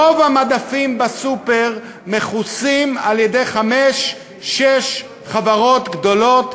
רוב המדפים בסופר מכוסים על-ידי חמש-שש חברות גדולות,